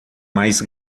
mais